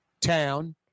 town